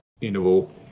interval